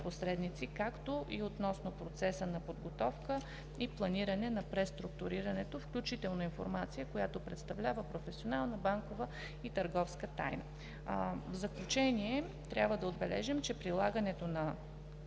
както и относно процеса на подготовка и планиране на преструктурирането, включително информация, която представлява професионална, банкова и търговска тайна. В заключение трябва да отбележим, че прилагането на